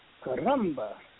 Caramba